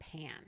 pan